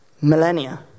millennia